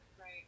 Right